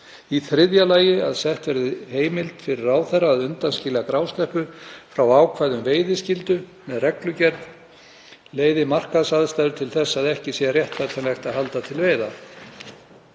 Í þriðja lagi að sett verði heimild fyrir ráðherra til að undanskilja grásleppu frá ákvæði um veiðiskyldu með reglugerð leiði markaðsaðstæður til að ekki sé réttlætanlegt að halda til veiða.